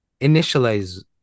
initialize